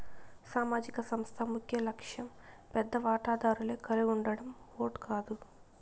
సామాజిక సంస్థ ముఖ్యలక్ష్యం పెద్ద వాటాదారులే కలిగుండడం ఓట్ కాదు